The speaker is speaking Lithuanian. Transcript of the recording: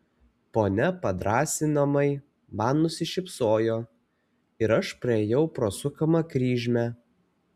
ponia padrąsinamai man nusišypsojo ir aš praėjau pro sukamą kryžmę